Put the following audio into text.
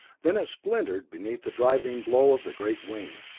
then it splintered beneath the driving blow of the great wing,